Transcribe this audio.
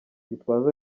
gitwaza